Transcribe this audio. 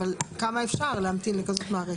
אבל כמה אפשר להמתין לכזאת מערכת?